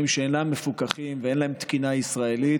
שאינם מפוקחים ואין להם תקינה ישראלית,